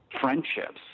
friendships